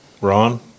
Ron